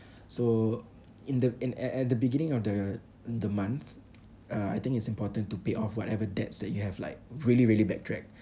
so in the in at at the beginning of the the month uh I think it's important to pay off whatever debts that you have like really really backtrack